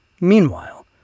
Meanwhile